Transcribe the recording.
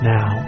Now